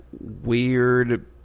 weird